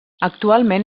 actualment